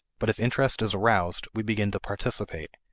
but if interest is aroused, we begin to participate.